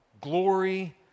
glory